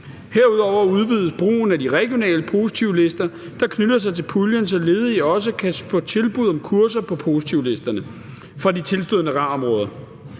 Herudover udvides brugen af de regionale positivlister, der knytter sig til puljen, så ledige også kan få tilbud om kurser på positivlisterne fra de tilstødende RAR-områder.